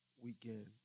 weekend